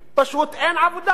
פשוט אין עבודה.